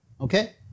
Okay